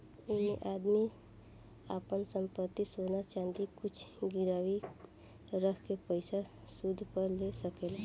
ऐइमे आदमी आपन संपत्ति, सोना चाँदी कुछु गिरवी रख के पइसा सूद पर ले सकेला